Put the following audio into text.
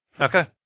Okay